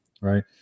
right